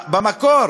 במקור